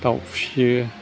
दाउ फिसियो